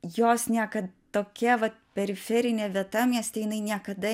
jos niekad tokia vat periferinė vieta mieste jinai niekada